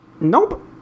Nope